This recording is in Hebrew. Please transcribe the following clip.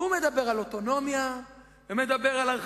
והוא מדבר על אוטונומיה,